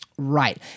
Right